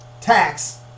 tax